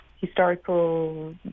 historical